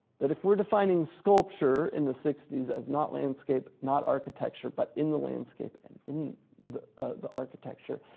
that if we're defining sculpture in the sixty s as not landscape, not architecture, but in the landscape and in the the architecture,